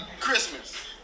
Christmas